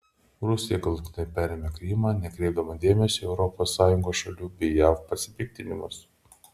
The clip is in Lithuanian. rusija galutinai perėmė krymą nekreipdama dėmesio į europos sąjungos šalių bei jav pasipiktinimus